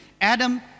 Adam